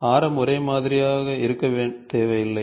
ஆரம் ஒரே மாதிரியாக இருக்க தேவையில்லை